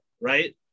right